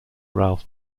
ralph